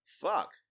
Fuck